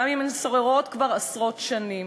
גם אם הן שוררות כבר עשרות שנים,